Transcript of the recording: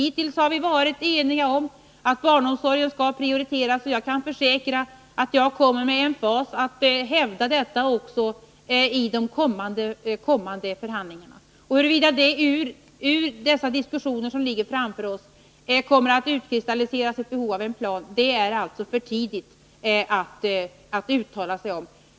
Hittills har vi varit eniga om att barnomsorgen skall prioriteras, och jag kan försäkra att jag med emfas kommer att hävda detta även vid de kommande förhandlingarna. Huruvida det vid de diskussioner som ligger framför oss kommer att utkristallisera sig ett behov av en plan är för tidigt att uttala sig om.